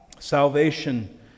Salvation